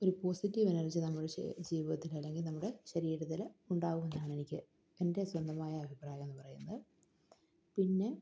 ഒരു positive energy നമ്മുടെ ജീവിതത്തിൽ അല്ലെങ്കിൽ നമ്മുടെ ശരീരത്തിൽ ഉണ്ടാവുന്നതാണ് എനിക്ക് എൻ്റെ സ്വന്തമായ അഭിപ്രായം എന്നു പറയുന്നത് പിന്നെ